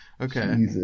Okay